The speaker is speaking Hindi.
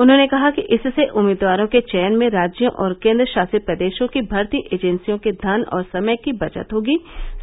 उन्होंने कहा कि इससे उम्मीदवारों के चयन में राज्यों और केंद्र शासित प्रदेशों की भर्ती एजेंसियों के धन और समय की बचत होगी